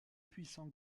puissants